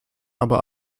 aber